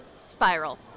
Spiral